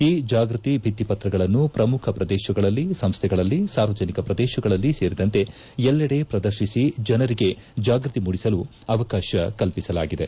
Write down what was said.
ಈ ಜಾಗೃತಿ ಭಿತ್ತಿಪತ್ರಗಳನ್ನು ಪ್ರಮುಖ ಪ್ರದೇಶಗಳಲ್ಲಿ ಸಂಸ್ಟೆಗಳಲ್ಲಿ ಸಾರ್ವಜನಿಕ ಪ್ರದೇಶಗಳಲ್ಲಿ ಸೇರಿದಂತೆ ಎಲ್ಲೆಡೆ ಪ್ರದರ್ಶಿಸಿ ಜನರಿಗೆ ಜಾಗೃತಿ ಮೂಡಿಸಲು ಅವಕಾಶ ಕಲ್ಪಿಸಲಾಗಿದೆ